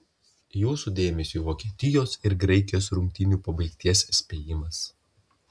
jūsų dėmesiui vokietijos ir graikijos rungtynių baigties spėjimas